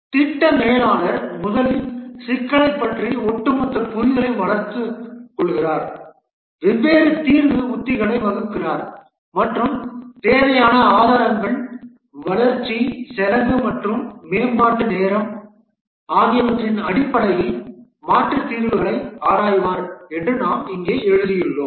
திட்ட மேலாளர் முதலில் சிக்கலைப் பற்றிய ஒட்டுமொத்த புரிதலை வளர்த்துக் கொள்கிறார் வெவ்வேறு தீர்வு உத்திகளை வகுக்கிறார் மற்றும் தேவையான ஆதாரங்கள் வளர்ச்சி செலவு மற்றும் மேம்பாட்டு நேரம் ஆகியவற்றின் அடிப்படையில் மாற்றுத் தீர்வுகளை ஆராய்வார் என்று நாம் இங்கே எழுதியுள்ளோம்